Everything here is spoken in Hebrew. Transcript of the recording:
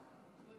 בעד,